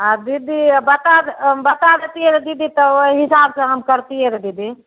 आब दीदी बता दऽ बता दितियै रऽ दीदी तऽ ओइ हिसाबसँ हम करतियै रऽ दीदी